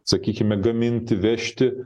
sakykime gaminti vežti